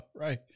Right